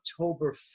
October